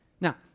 Now